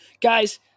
Guys